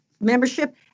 membership